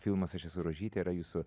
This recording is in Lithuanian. filmas aš esu rožytė yra jūsų